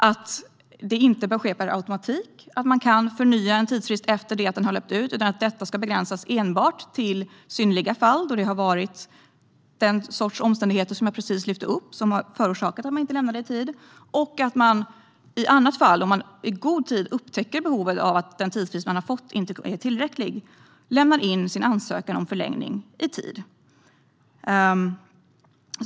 Det bör inte ske per automatik att man kan förnya en tidsfrist efter det att den har löpt ut, utan det ska begränsas enbart till synnerliga fall då det är den sortens omständigheter som jag precis lyfte upp som har orsakat att man inte har lämnat landet i tid. I annat fall ska man, om man i god tid upptäcker att den tidsfrist man har fått inte är tillräcklig, lämna in sin ansökan om förlängning i tid.